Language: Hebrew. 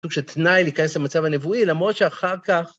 סוג של תנאי להיכנס למצב הנבואי, למרות שאחר כך...